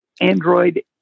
Android